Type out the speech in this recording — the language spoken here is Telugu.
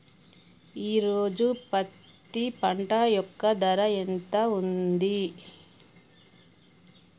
ఈ రోజు పత్తి పంట యొక్క ధర ఎంత ఉంది?